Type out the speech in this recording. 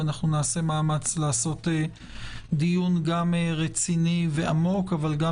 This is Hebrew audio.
אנחנו נעשה מאמץ לעשות דיון רציני ועמוק אבל גם